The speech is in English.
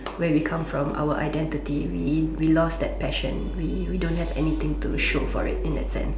where we come from our identity we we lost that passion we we don't have anything to show for it in that sense